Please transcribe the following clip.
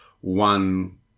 one